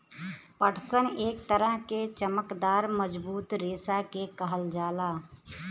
पटसन एक तरह के चमकदार मजबूत रेशा के कहल जाला